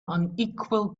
unequal